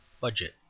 budget